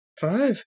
Five